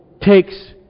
takes